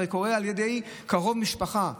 הרי זה קורה על ידי קרוב משפחה קרוב,